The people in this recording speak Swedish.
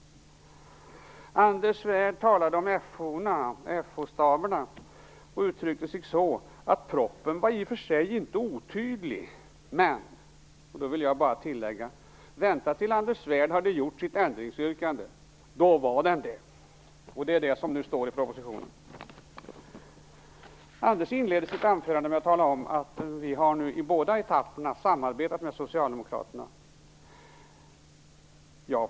Anders Svärd talade om FO-staberna och uttryckte sig så, att propositionen i och för sig inte var otydligt. Jag vill då tillägga: Det var bara att vänta tills Anders Svärd hade gjort sitt ändringsyrkande! Då var den det! Det är det som nu står i propositionen. Anders Svärd inledde sitt anförande med att tala om att Centern nu i båda etapperna har samarbetat med Socialdemokraterna.